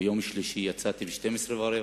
ביום שלישי יצאתי ב-00:45,